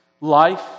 life